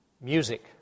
music